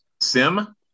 Sim